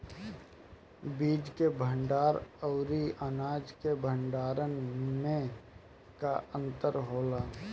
बीज के भंडार औरी अनाज के भंडारन में का अंतर होला?